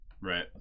Right